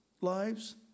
lives